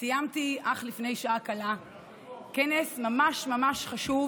סיימתי אך לפני שעה קלה כנס ממש ממש חשוב